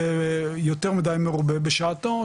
יותר מידי מרובה בשעתו,